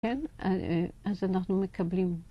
כן, אז אנחנו מקבלים.